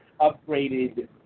upgraded